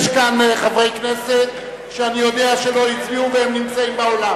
יש כאן חברי כנסת שאני יודע שלא הצביעו והם נמצאים באולם.